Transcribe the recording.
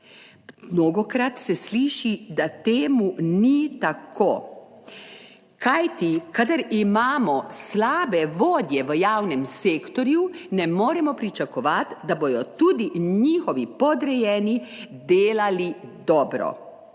Mnogokrat se sliši, da temu ni tako, kajti kadar imamo slabe vodje v javnem sektorju, ne moremo pričakovati, da bodo tudi njihovi podrejeni delali dobro.